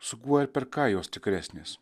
su kuo ir per ką jos tikresnės